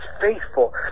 faithful